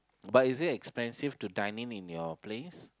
but is it expensive to dining in your place